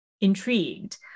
intrigued